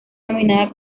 nominada